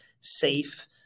safe